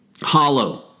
hollow